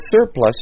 surplus